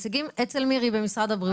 של כל הנציגים אצל מירי במשרד הבריאות.